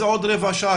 זה עוד רבע שעה,